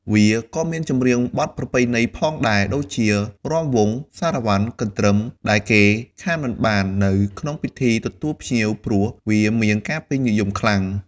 វាក៏មានចម្រៀងបទប្រពៃណីផងដែរដូចជារាំវង់ សារ៉ាវ៉ាន់ កន្រ្ទឹម ដែលគេខានមិនបាននៅក្នុងពិធីទទួលភ្ញៀវព្រោះវាមានការពេញនិយមខ្លាំង។